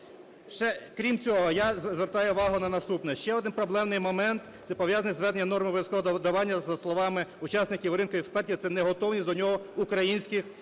Крім цього, я звертаю увагу на наступне. Ще один проблемний момент – це пов'язаний з веденням норми обов'язкового додавання, за словами учасників ринку експертів, це неготовність до нього українських двигунів